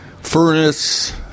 furnace